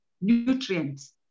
nutrients